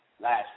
last